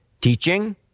Teaching